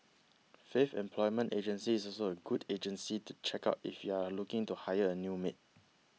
Faith Employment Agency is also a good agency to check out if you are looking to hire a new maid